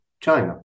china